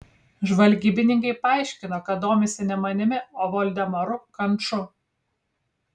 žvalgybininkai paaiškino kad domisi ne manimi o valdemaru kanču